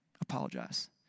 Apologize